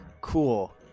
Cool